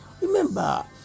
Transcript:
Remember